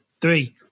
three